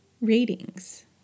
ratings